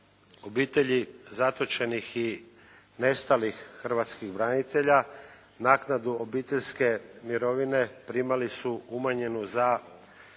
obitelji zatočenih i nestalih hrvatskih branitelja naknadu obiteljske mirovine primali su umanjenu za